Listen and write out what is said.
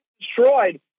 destroyed